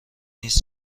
نیز